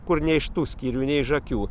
kur ne iš tų skyrių ne iš akių